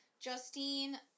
Justine